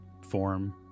form